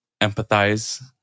empathize